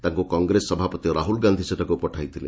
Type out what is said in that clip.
ତାଙ୍କୁ କଂଗ୍ରେସ ସଭାପତି ରାହୁଲ ଗାନ୍ଧୀ ସେଠାକୁ ପଠାଇଥିଲେ